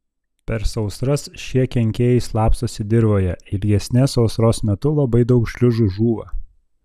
per sausras šie kenkėjai slapstosi dirvoje ilgesnės sausros metu labai daug šliužų žūva